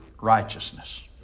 righteousness